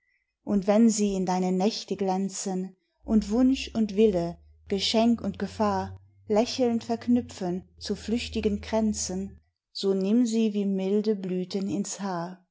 und wenn sie in deine nächte glänzen und wunsch und wille geschenk und gefahr lächelnd verknüpfen zu flüchtigen kränzen so nimm sie wie milde blüten ins haar